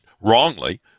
wrongly